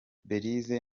belise